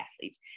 athletes